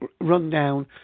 rundown